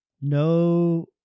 no